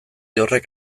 horrek